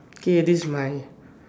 okay this is my